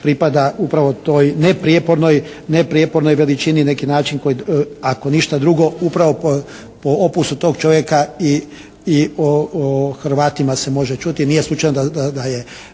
pripada upravo toj neprijepornoj veličini na neki način, ako ništa drugo upravo po opusu tog čovjeka i o Hrvatima se može čuti. Nije slučajno da je